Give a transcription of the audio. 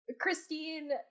Christine